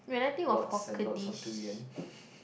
lots and lots of durian